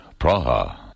Praha